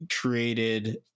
created